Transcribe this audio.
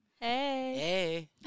Hey